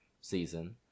season